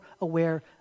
aware